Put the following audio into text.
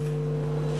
המנוחים.)